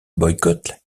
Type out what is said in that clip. boycott